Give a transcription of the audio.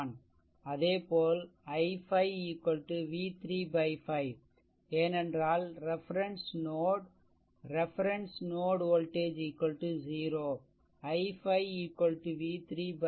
அதேபோல் i5 v 3 5 ஏனென்றால் reference node reference node 0 i5 v 3 5